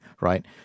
right